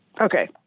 Okay